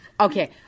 Okay